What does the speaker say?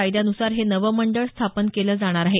कायद्यानुसार हे नवं मंडळ स्थापन केलं जाणार आहे